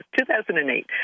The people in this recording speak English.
2008